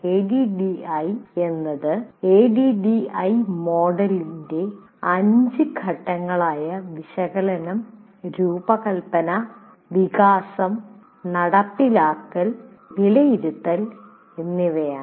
ADDIE എന്നത് ADDIE മോഡലിന്റെ 5 ഘട്ടങ്ങളായ വിശകലനം രൂപകൽപ്പന വികസനം നടപ്പിലാക്കൽ വിലയിരുത്തൽ എന്നിവയാണ്